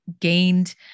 gained